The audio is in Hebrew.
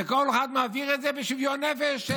וכל אחד מעביר את זה בשוויון נפש.